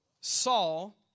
Saul